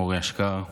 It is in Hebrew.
אור אשכר.